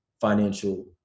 financial